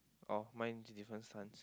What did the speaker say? oh mine's different suns